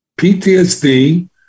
PTSD